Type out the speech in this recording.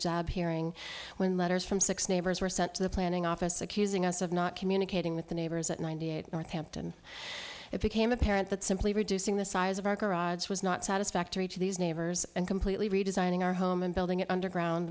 job hearing when letters from six neighbors were sent to the planning office accusing us of not communicating with the neighbors at ninety eight north hampton it became apparent that simply reducing the size of our garage was not satisfactory to these neighbors and completely redesigning our home and building it underground